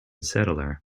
settler